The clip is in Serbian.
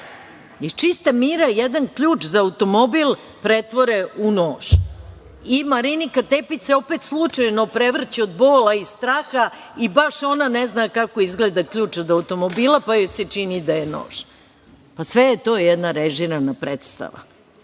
čista mira jedan ključ za automobil pretvore u nož. I Marinika Tepić se opet slučajno prevrće od bola i straha i baš ona ne zna kako izgleda ključ od automobila, pa joj se čini nož. Sve je to jedna režirana predstava,